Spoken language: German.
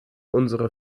unsere